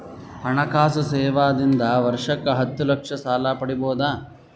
ಹಣಕಾಸು ಸೇವಾ ದಿಂದ ವರ್ಷಕ್ಕ ಹತ್ತ ಲಕ್ಷ ಸಾಲ ಪಡಿಬೋದ?